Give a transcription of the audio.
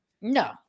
no